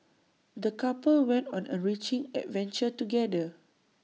the couple went on an enriching adventure together